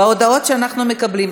בהודעות שאנחנו מקבלים,